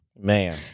Man